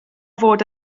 fod